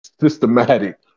systematic